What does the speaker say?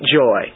joy